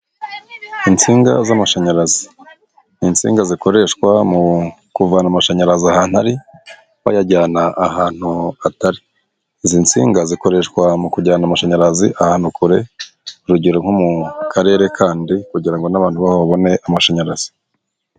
Insinga z'amashanyarazi insinga zikoreshwa mu kuvana amashanyarazi ahantu ari bayajyana ahantu atari. Izi nsinga zikoreshwa mu kujyana amashanyarazi ahantu kure urugero nko mu karere kandi, kugira ngo n'abantu baho babone amashanyarazi.